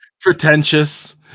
pretentious